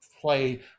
play